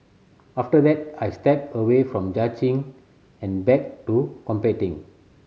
after that I stepped away from judging and back to competing